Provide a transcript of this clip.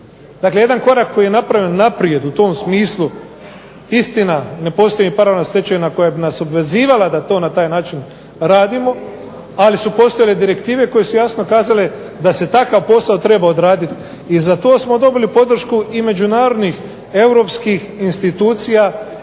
Dakle, jedan korak koji je napravljen naprijed u tom smislu istina ne postoji ni paralelna stečevina koja bi nas obvezivala da to na taj način radimo, ali su postojale direktive koje su jasno kazale da se takav posao treba odraditi i za to smo dobili podršku i međunarodnih europskih institucija